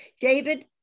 David